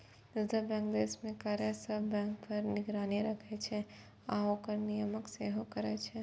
reserve bank देश मे कार्यरत सब बैंक पर निगरानी राखै छै आ ओकर नियमन सेहो करै छै